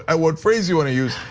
and what phrase you wanna use,